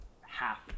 half